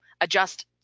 adjust